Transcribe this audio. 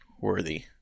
worthy